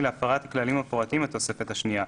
להפרת הכללים המפורטים בתוספת השנייה,